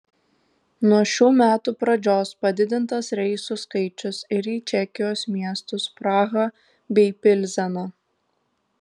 nuo šių metų pradžios padidintas reisų skaičius ir į čekijos miestus prahą bei pilzeną